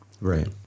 right